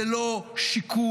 זה לא שיקול,